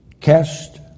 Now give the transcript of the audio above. Cast